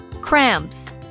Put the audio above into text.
Cramps